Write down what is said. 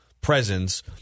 presence